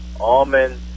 almond